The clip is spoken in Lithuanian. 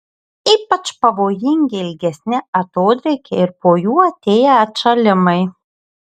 ypač pavojingi ilgesni atodrėkiai ir po jų atėję atšalimai